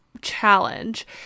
challenge